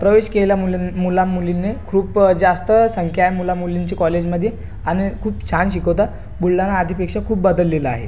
प्रवेश केला मुलन् मुलां मुलींने खूप जास्त संख्या आहे मुला मुलींची कॉलेजमध्ये आणि खूप छान शिकवतात बुलढाणा आधीपेक्षा खूप बदललेलं आहे